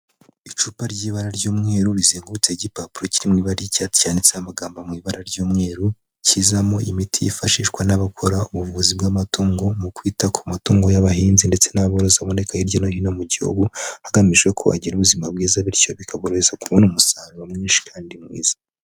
Icupa ry'ibara ry'umweru rizengurutseho igipapuro kiri mu'ibara ry'icyatsi ryanditseho amagambo mu ibara ry'umweru, kizamo imiti yifashishwa n'abakora ubuvuzi bw'amatungo mu kwita ku matungo y'abahinzi ndetse n'aborozi baboneka hirya no hino mu gihugu, hagamijwe ko agira ubuzima bwiza bityo bikaroheza kubona umusaruro mwinshi kandi mwiza.